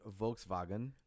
Volkswagen